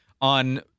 On